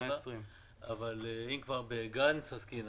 אבל אם כבר בגנץ עסקינן,